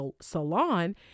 salon